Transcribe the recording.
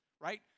right